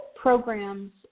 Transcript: programs